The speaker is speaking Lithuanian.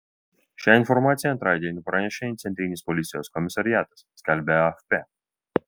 šią informaciją antradienį pranešė centrinis policijos komisariatas skelbia afp